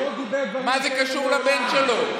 מה זה קשור לבן שלו?